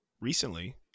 recently